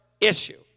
issue